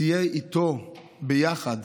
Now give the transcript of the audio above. תהיה איתו ביחד.